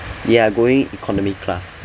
they are going economy class